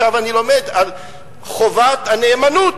עכשיו אני לומד על חובת הנאמנות.